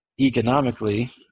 economically